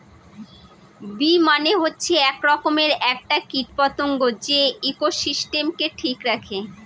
bee মানে হচ্ছে এক রকমের একটা কীট পতঙ্গ যে ইকোসিস্টেমকে ঠিক রাখে